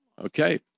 Okay